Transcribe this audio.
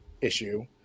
issue